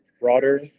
broader